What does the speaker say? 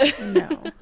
no